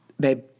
Babe